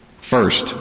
First